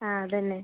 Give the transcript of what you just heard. ആ അത് തന്നെ